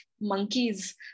monkeys